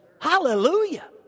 Hallelujah